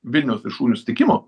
vilniaus viršūnių susitikimo